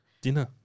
Dinner